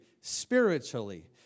spiritually